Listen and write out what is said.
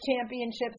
Championships